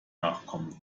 nachkommen